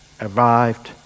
arrived